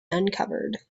uncovered